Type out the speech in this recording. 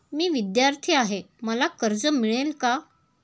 मी विद्यार्थी आहे तर मला कर्ज मिळेल का?